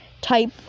type